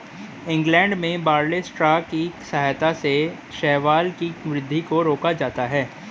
England में barley straw की सहायता से शैवाल की वृद्धि को रोका जाता है